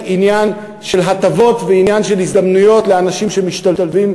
עניין של הטבות ועניין של הזדמנויות לאנשים שמשתלבים,